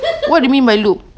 what do you mean by lube